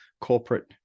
corporate